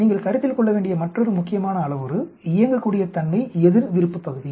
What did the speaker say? நீங்கள் கருத்தில் கொள்ள வேண்டிய மற்றொரு முக்கியமான அளவுரு இயங்கக்கூடிய தன்மை எதிர் விருப்ப பகுதி